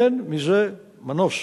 אין מזה מנוס.